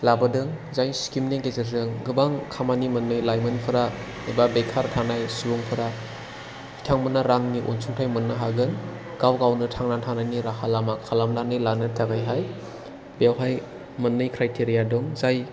लाबोदों जाय स्किमनि गेजेरजों गोबां खामानि मोनै लाइमोनफोरा एबा बेखार थानाय सुबुंफोरा बिथांमोना रांनि अनसुंथाय मोननो हागोन गाव गावनो थांना थानायनि राहालामा खालामनानै लानो थाखायहाय बेवहाय मोननै क्राइटेरिया दं जाय